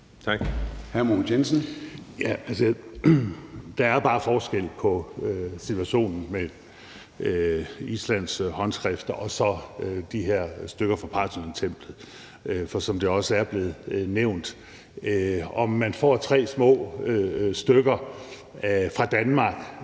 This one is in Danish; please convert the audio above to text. Der er bare forskel på situationen med Islands håndskrifter og så de her stykker fra Parthenontemplet, for som det også er blevet nævnt, ændrer det, at Danmark